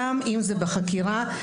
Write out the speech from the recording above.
גם אם זה בחקירה,